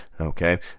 okay